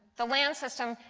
the land system,